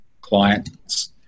clients